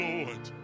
Lord